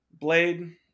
Blade